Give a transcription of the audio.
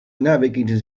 navigate